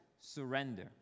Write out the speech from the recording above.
surrender